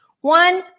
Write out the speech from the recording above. One